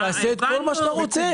תעשה את כל מה שאתה רוצה.